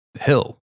hill